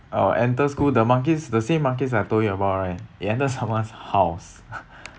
our enter school the monkeys the same monkeys that I've told you about right it enters someone's house